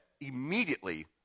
immediately